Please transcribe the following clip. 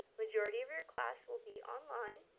majority of your class will be online,